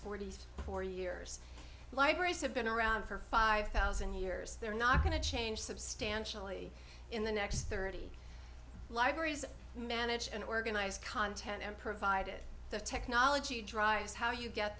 forty four years libraries have been around for five thousand years they're not going to change substantially in the next thirty libraries manage and organize content and provide the technology drives how you get